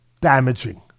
damaging